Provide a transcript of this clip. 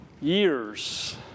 years